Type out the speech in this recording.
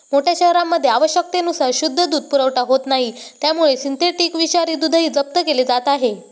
मोठ्या शहरांमध्ये आवश्यकतेनुसार शुद्ध दूध पुरवठा होत नाही त्यामुळे सिंथेटिक विषारी दूधही जप्त केले जात आहे